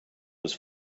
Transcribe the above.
was